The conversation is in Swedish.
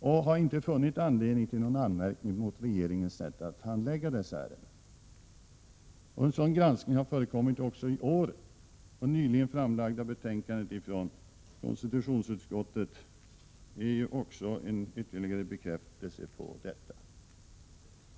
Men man har inte funnit någon anledning till anmärkning mot regeringens sätt att handlägga dessa ärenden. En sådan granskning har förekommit även i år. Ett nyligen framlagt betänkande från konstitutionsutskottet är en ytterligare bekräftelse på detta.